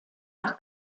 nach